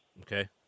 Okay